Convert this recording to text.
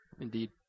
Indeed